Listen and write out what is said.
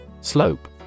Slope